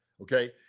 okay